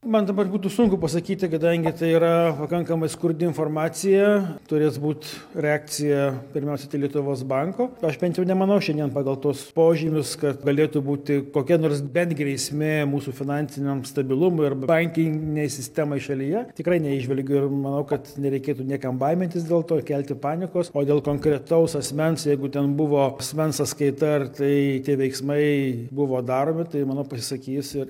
man dabar būtų sunku pasakyti kadangi tai yra pakankamai skurdi informacija turės būti reakcija pirmiausiai tai lietuvos banko aš bent jau nemanau šiandien pagal tuos požymius kad galėtų būti kokia nors bent grėsmė mūsų finansiniam stabilumui ir bankinei sistemai šalyje tikrai neįžvelgiu ir manau kad nereikėtų niekam baimintis dėl to ir kelti panikos o dėl konkretaus asmens jeigu ten buvo asmens sąskaita ar tai tie veiksmai buvo daromi tai manau pasisakys jog